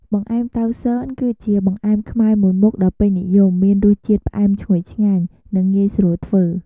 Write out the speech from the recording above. បង្អែមតៅស៊ន គឺជាបង្អែមខ្មែរមួយមុខដ៏ពេញនិយម មានរសជាតិផ្អែមឈ្ងុយឆ្ងាញ់ និងងាយស្រួលធ្វើ។